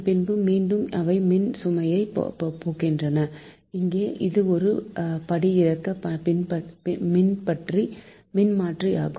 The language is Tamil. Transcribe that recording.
பின்பு மீண்டும் இவை மின் சுமைக்கு போகின்றன இங்கே இது ஒரு படிஇறக்க மின்மாற்றி ஆகும்